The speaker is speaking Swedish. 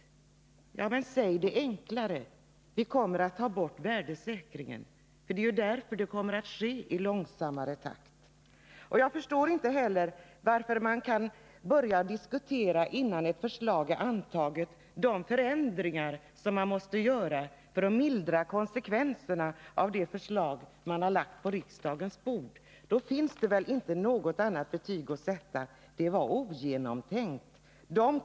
Detta kan man säga enklare: Vi kommer att ta bort värdesäkringen, det är därför ökningen sker i långsammare takt. Jag förstår inte heller varför man redan innan ett förslag är antaget börjar diskutera de förändringar man måste göra för att mildra konsekvenserna av förslaget. Då finns väl inget annat betyg att sätta än att förslaget var ogenomtänkt.